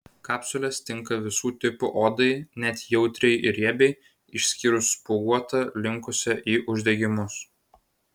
kapsulės tinka visų tipų odai net jautriai ir riebiai išskyrus spuoguotą linkusią į uždegimus